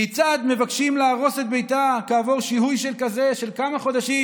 כיצד מבקשים להרוס את ביתה כעבור שיהוי שכזה של כמה חודשים?